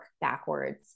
backwards